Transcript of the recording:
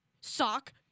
Sock